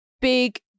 big